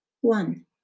One